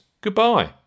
Goodbye